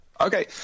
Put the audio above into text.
Okay